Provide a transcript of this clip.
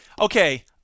Okay